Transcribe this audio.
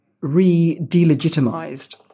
re-delegitimized